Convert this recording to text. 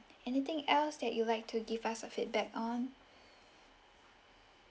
anything else that you'd like to give us a feedback on